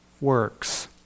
works